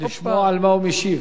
לפחות לשמוע על מה הוא משיב.